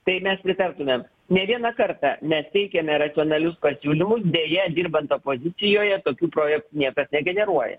tai mes pritartumėm ne vieną kartą mes teikėme racionalius pasiūlymus deja dirbant opozicijoje tokių projektų niekas negeneruoja